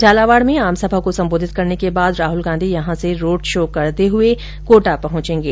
झालावाड़ में आमसभा को सम्बोधित करने के बाद राहुल गाँधी यहां से रोड़ शो करते हुए कोटा पहाँचेंगे